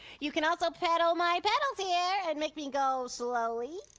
you can also pedal my pedal here and make me go slowly.